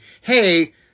hey